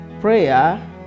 prayer